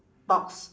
box